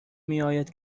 میاید